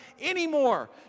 anymore